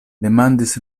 demandis